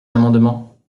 amendements